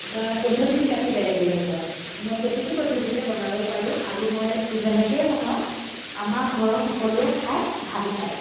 বা পদ্ধতিবিলাকো বেলেগে বেলেগ হয় মই প্ৰতিটো পদ্ধতিতে বনাব পাৰোঁ আৰু মই যেনেকেই বনাওঁ আমাৰ ঘৰৰ সকলোৱে খাই ভালো পায়